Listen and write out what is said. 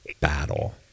battle